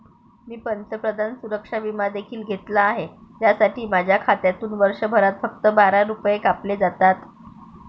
मी पंतप्रधान सुरक्षा विमा देखील घेतला आहे, ज्यासाठी माझ्या खात्यातून वर्षभरात फक्त बारा रुपये कापले जातात